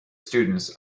students